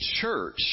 church